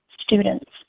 students